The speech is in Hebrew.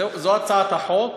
זו הצעת החוק